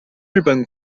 日本